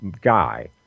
guy